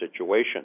situation